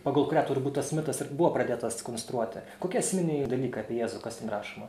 pagal kurią turbūt tas mitas ir buvo pradėtas konstruoti kokie esminiai dalykai apie jėzų kas ten rašoma